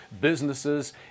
businesses